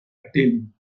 battalion